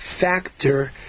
factor